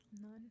None